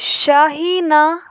Shaheena